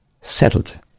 settled